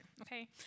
okay